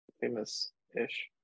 famous-ish